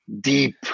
deep